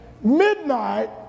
midnight